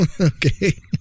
Okay